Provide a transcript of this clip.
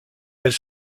elle